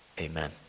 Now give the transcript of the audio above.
Amen